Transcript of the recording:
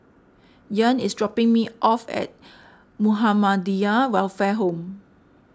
Ian is dropping me off at Muhammadiyah Welfare Home